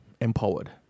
Empowered